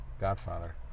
Godfather